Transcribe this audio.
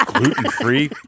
gluten-free